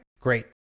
Great